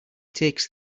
takes